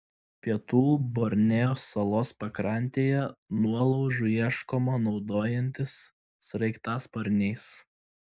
pietų borneo salos pakrantėje nuolaužų ieškoma naudojantis sraigtasparniais